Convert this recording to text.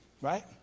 Right